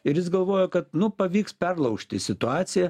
ir jis galvojo kad nu pavyks perlaužti situaciją